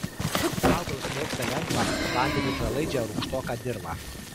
šis augalas mėgsta lengvą vandeniui pralaidžią rūgštoką dirvą